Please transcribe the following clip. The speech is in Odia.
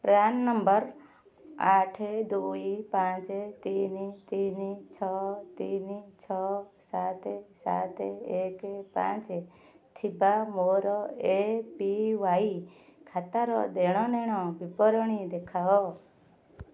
ପ୍ରାନ୍ ନମ୍ବର ଆଠ ଦୁଇ ପାଞ୍ଚ ତିନି ତିନି ଛଅ ତିନି ଛଅ ସାତ ସାତ ଏକ ପାଞ୍ଚ ଥିବା ମୋର ଏ ପି ୱାଇ ଖାତାର ଦେଣନେଣ ବିବରଣୀ ଦେଖାଅ